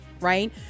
right